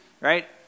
right